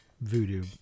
voodoo